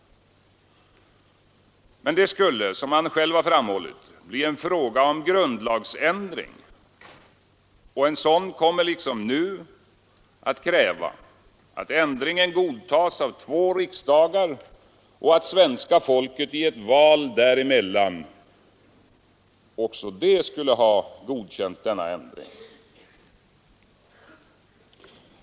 Det skulle, som han själv har framhållit, bli en fråga om grundlagsändring, och en sådan kommer liksom nu att kräva att ändringen godtas av två riksdagar och av svenska folket i ett allmänt val där emellan.